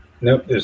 Nope